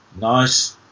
nice